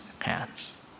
hands